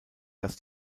dass